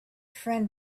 friend